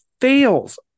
fails